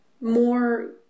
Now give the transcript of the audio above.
more